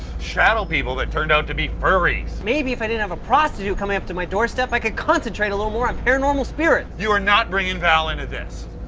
shadow people that turned out to be furries. maybe if i didn't have a prostitute coming up to my doorstep, i could concentrate a little more on paranormal spirits. you are not bringing val into this.